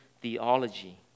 theology